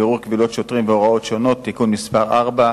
בירור קבילות שוטרים והוראות שונות) (תיקון מס' 6),